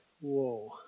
Whoa